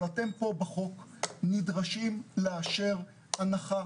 אבל אתם פה בחוק נדרשים לאשר הנחה